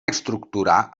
estructurar